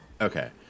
Okay